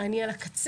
אני על הקצה".